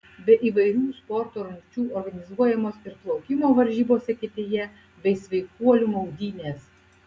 be įvairių sporto rungčių organizuojamos ir plaukimo varžybos eketėje bei sveikuolių maudynės